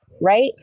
right